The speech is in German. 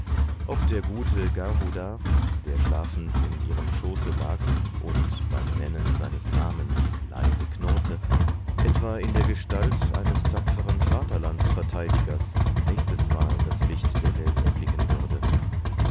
ob der gute garuda der schlafend in ihrem schoße lag und beim nennen seines namens leise knurrte etwa in der gestalt eines tapferen vaterlandsverteidigers nächstes mal das licht der welt erblicken würde